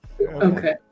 okay